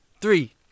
three